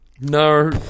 No